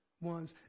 ones